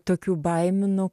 tokių baimių nu